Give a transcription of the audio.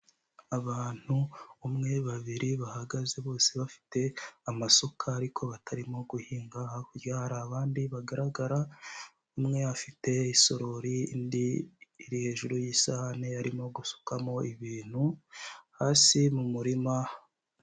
Abantu umwe, babiri bahagaze bose bafite amasuka ariko batarimo guhinga, hakurya hari abandi bagaragara, umwe afite isorori indi iri hejuru y'isahane arimo gusukamo ibintu hasi mu murima.